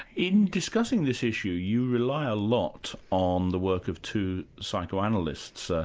in discussing this issue, you rely a lot on the work of two psychoanalysts, ah